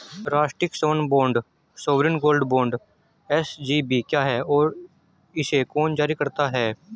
राष्ट्रिक स्वर्ण bond sovereign gold bond SGB क्या है और इसे कौन जारी करता है?